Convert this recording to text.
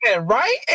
Right